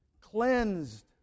cleansed